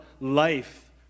life